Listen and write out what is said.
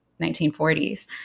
1940s